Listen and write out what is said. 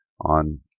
on